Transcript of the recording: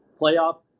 playoff